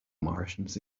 martians